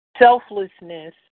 Selflessness